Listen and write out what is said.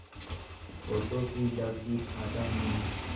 Photo भी लगी form मे?